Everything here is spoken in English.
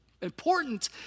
important